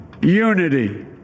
unity